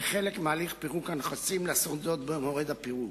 כחלק מהליך פירוק הנכסים, לעשות זאת במועד הפירוד,